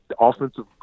offensive